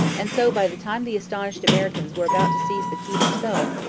and so, by the time the astonished americans were about to seize the key themselves,